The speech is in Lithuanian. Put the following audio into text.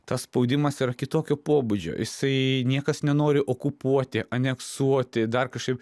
tas spaudimas yra kitokio pobūdžio jisai niekas nenori okupuoti aneksuoti dar kažkaip